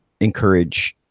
encourage